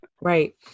Right